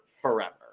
forever